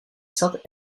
saint